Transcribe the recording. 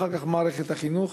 אחר כך מערכת החינוך,